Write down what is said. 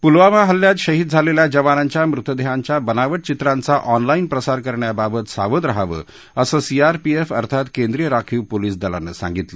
पूलवामा हल्ल्यात शहीद झालेल्या जवानांच्या मृतदेहांच्या बनावट चित्रांचा ऑनलाईन प्रसार करणा यांबाबत सावध रहाव असं सीआरपीएफ अर्थात केंद्रीय राखीव पोलीस दलानं सांगितलं